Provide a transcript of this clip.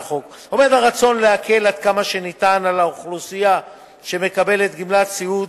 הרצון להקל עד כמה שאפשר על האוכלוסייה שמקבלת גמלת סיעוד,